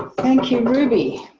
thank you, ruby.